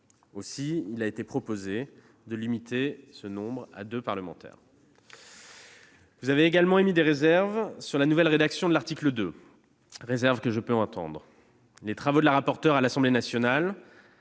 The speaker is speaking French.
Aussi, il a été proposé de le limiter à deux parlementaires. Vous avez également émis des réserves sur la nouvelle rédaction de l'article 2, réserves que je peux entendre. Les travaux de la rapporteur à l'Assemblée nationale